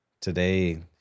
today